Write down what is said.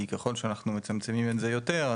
כי ככול שאנחנו מצמצמים את זה יותר,